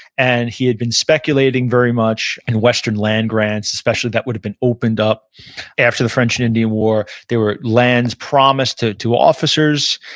and he had been speculating very much in western land grants, especially that would have been opened up after the french and indian war. there were lands promised to to officers,